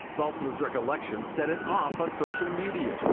saltzman's recollection set it off on social media.